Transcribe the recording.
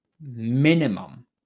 minimum